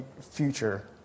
future